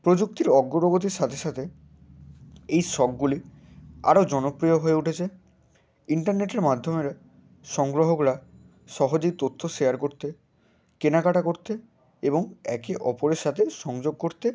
প্রযুক্তির অগ্রগতির সাথে সাথে এই শখগুলি আরও জনপ্রিয় হয়ে উঠেছে ইন্টারনেটের মাধ্যমের সংগ্রহকরা সহজেই তথ্য শেয়ার করতে কেনাকাটা করতে এবং একে অপরের সাথে সংযোগ করতে